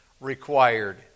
required